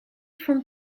from